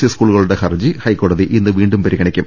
E സ്കൂളുകളുടെ ഹർജി ഹൈക്കോടതി ഇന്ന് വീണ്ടും പരിഗ ണിക്കും